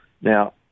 Now